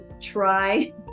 try